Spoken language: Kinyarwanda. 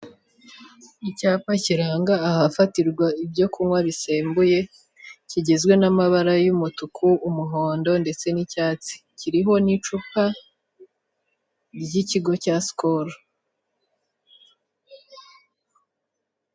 Icyapa kiranga ahafatirwa ibyo kunywa bisembuye, kigizwe n'amabara y'umutuku, umuhondo ndetse n'icyatsi, kiriho n'icupa ry'ikigo cya sikolu.